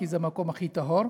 כי זה המקום הכי טהור.